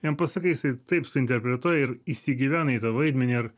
jam pasakai jisai taip suinterpretuoja ir įsigyvena į tą vaidmenį ar